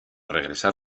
regresar